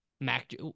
Mac